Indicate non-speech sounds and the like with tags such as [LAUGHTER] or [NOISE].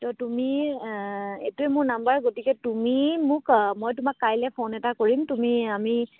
ত' তুমি এইটোৱে মোৰ নাম্বাৰ গতিকে তুমি মোক মই তোমাক কাইলে ফোন এটা কৰিম তুমি আমি [UNINTELLIGIBLE]